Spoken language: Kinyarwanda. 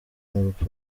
n’urupfu